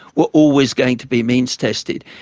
were always going to be means tested.